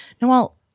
Noel